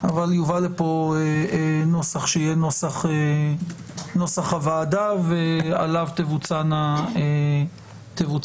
אבל יובא פה נוסח שיהיה נוסח הוועדה ועליו תבוצענה ההצבעות.